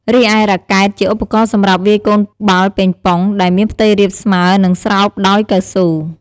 រីឯ រ៉ាកែត ជាឧបករណ៍សម្រាប់វាយកូនបាល់ប៉េងប៉ុង ដែលមានផ្ទៃរាបស្មើ និងស្រោបដោយកៅស៊ូ។